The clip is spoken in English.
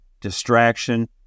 distraction